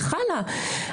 סליחה על ההשוואה,